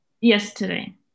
Yesterday